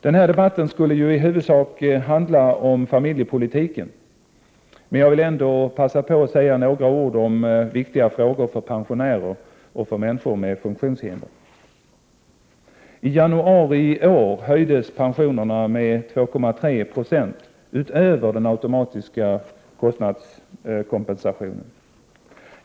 Den här debatten skulle ju i huvudsak handla om familjepolitiken, men jag vill ändå passa på att säga några ord om viktiga frågor för pensionärer och människor med funktionshinder. I januari i år höjdes pensionerna med 2,3 7 utöver den automatiska kostnadskompensationen.